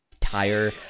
tire